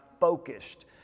focused